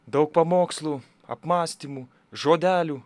daug pamokslų apmąstymų žodelių